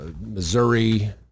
Missouri